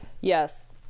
yes